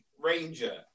ranger